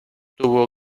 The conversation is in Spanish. tuvo